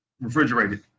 refrigerated